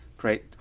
Great